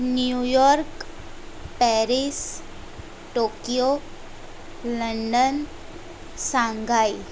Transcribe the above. New York Paris Tokyo London Shanghai